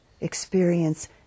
experience